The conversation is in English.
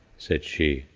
said she.